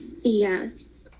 Yes